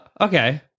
Okay